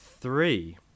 Three